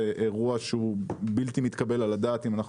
זה אירוע שהוא בלתי מתקבל על הדעת אם אנחנו